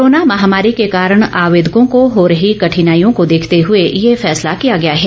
corona महामारी के कारण आवेदकों को हो रही कठिनाइयों को देखते हुए यह फैसला किया गया है